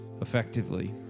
effectively